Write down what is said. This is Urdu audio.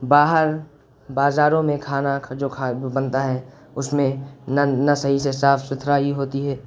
باہر بازاروں میں کھانا جو بنتا ہے اس میں نہ نہ صحیح سے صاف ستھرائی ہوتی ہے